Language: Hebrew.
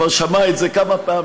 הוא כבר שמע את זה כמה פעמים,